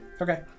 Okay